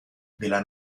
della